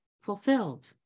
fulfilled